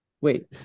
Wait